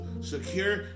secure